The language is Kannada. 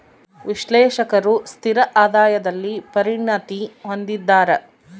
ವಿಶ್ಲೇಷಕರು ಸ್ಥಿರ ಆದಾಯದಲ್ಲಿ ಪರಿಣತಿ ಹೊಂದಿದ್ದಾರ